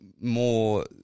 more